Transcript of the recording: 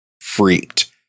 freaked